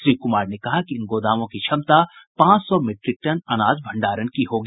श्री कुमार ने कहा कि इन गोदामों की क्षमता पांच सौ मीट्रिक टन अनाज भंडारण की होगी